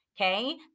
Okay